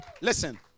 Listen